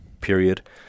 period